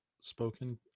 spoken